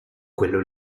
quello